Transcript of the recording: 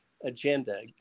agenda